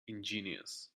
ingenious